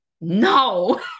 No